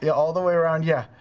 yeah all the way round, yeah.